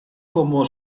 como